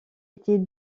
était